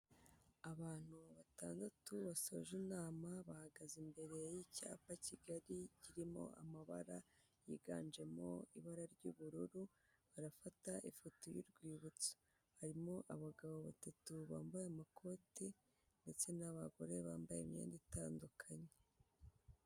Abantu batandatu basoje inama bahagaze imbere y'icyapa kigari kirimo amabara yiganjemo ibara ry'ubururu barafata ifoto y'urwibutso, harimo abagabo batatu bambaye amakoti ndetse n'abagore bambaye imyenda itandukanye.